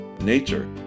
nature